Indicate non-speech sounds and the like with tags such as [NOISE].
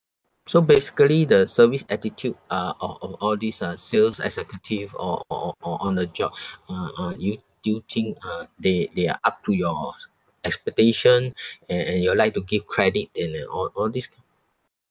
so basically the service attitude uh of of all these uh sales executive or or or on the job uh uh you do you think uh they they are up to your s~ expectation [BREATH] and and you would like to give credit in the all all these